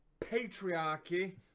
patriarchy